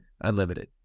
unlimited